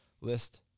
list